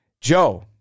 Joe